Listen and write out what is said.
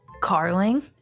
Carling